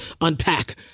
unpack